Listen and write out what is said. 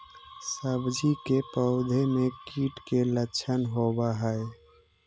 सब्जी के पौधो मे कीट के लच्छन होबहय?